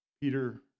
Peter